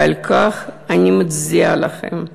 ועל כך אני מצדיעה לכם,